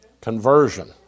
Conversion